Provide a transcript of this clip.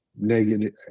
negative